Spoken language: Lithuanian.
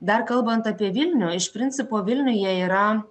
dar kalbant apie vilnių iš principo vilniuje yra